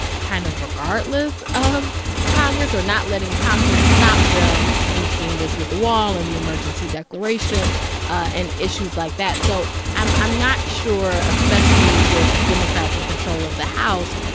kind of regardless of congress, or not letting congress stop them. we've seen this with the wall and the emergency declaration and issues like that so i'm i'm not sure, especially with democrats in control of the house,